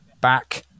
back